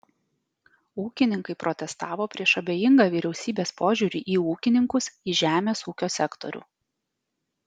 ūkininkai protestavo prieš abejingą vyriausybės požiūrį į ūkininkus į žemės ūkio sektorių